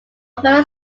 very